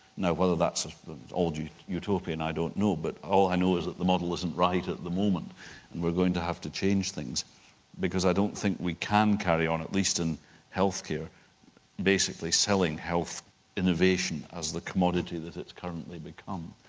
now whether that's ah all utopian i don't know but all i know is that the model isn't right at the moment and we're going to have to change things because i don't think we can carry on, at least in healthcare basically selling health innovation as the commodity that it's currently become.